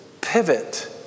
pivot